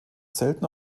selten